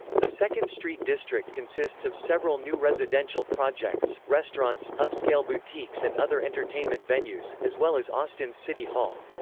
the second street district consists of several new residential projects, restaurants, upscale boutiques and other entertainment venues, as well as austin's city hall.